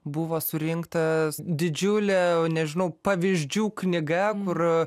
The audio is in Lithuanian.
buvo surinktas didžiulė nežinau pavyzdžių knyga kur